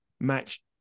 match